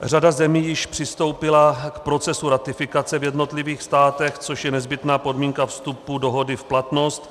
Řada zemí již přistoupila k procesu ratifikace v jednotlivých státech, což je nezbytná podmínka vstupu dohody v platnost.